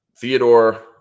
Theodore